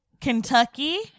Kentucky